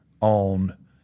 on